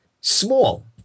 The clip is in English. small